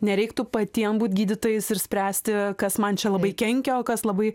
nereiktų patiem būt gydytojais ir spręsti kas man čia labai kenkia o kas labai